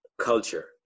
culture